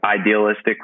idealistic